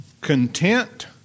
content